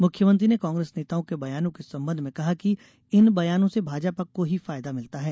मुख्यमंत्री ने कांग्रेस नेताओं के बयानों के सम्बंध में कहा कि इन बयानों से भाजपा को ही फायदा मिलता है